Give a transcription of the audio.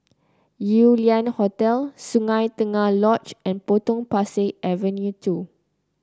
Yew Lian Hotel Sungei Tengah Lodge and Potong Pasir Avenue two